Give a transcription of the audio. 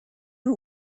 who